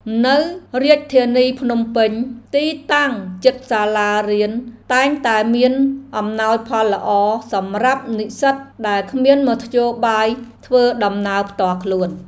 នៅរាជធានីភ្នំពេញ ទីតាំងជិតសាលារៀនតែងតែមានអំណោយផលល្អសម្រាប់និស្សិតដែលគ្មានមធ្យោបាយធ្វើដំណើរផ្ទាល់ខ្លួន។